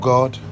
God